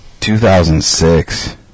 2006